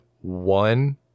one